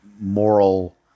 moral